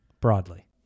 broadly